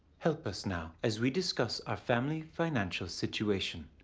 help us now as we discuss our family financial situation.